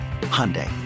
Hyundai